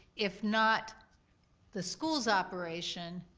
if not the school's operation,